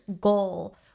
goal